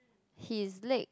his leg